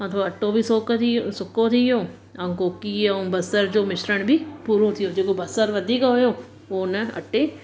मां थोड़ो अटो बि सोक थी वियो सुको थी वियो अऊं कोकी अऊं बसर जो मिश्रण बि पुरो थी वियो जेको बसरु वधीक होयो अऊं उन अटे